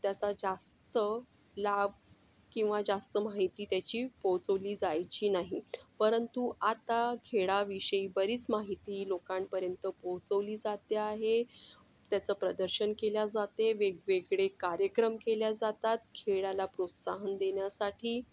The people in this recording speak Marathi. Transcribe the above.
त्याचा जास्त लाभ किंवा जास्त माहिती त्याची पोचवली जायची नाही परंतु आता खेळाविषयी बरीच माहिती लोकांपर्यंत पोचवली जाते आहे त्याचं प्रदर्शन केले जाते वेगवेगळे कार्यक्रम केले जातात खेळाला प्रोत्साहन देण्यासाठी